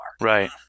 right